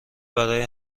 برای